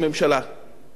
את זה צריך להגיד.